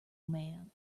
man